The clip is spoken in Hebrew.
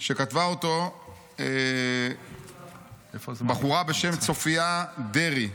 שכתבה אותו בחורה בשם צופיה דרעי.